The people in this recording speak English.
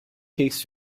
cakes